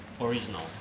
original